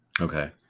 Okay